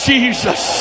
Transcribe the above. Jesus